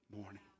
morning